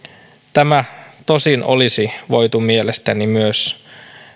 tämä tosin olisi voitu mielestäni myös